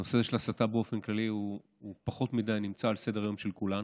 הנושא של הסתה באופן כללי נמצא פחות מדי על סדר-היום של כולנו.